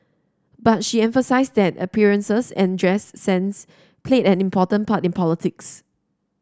but she emphasised that appearances and dress sense played an important part in politics